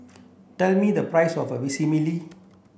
tell me the price of Vermicelli